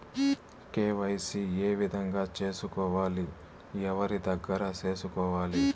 KYC ఏ విధంగా సేసుకోవాలి? ఎవరి దగ్గర సేసుకోవాలి?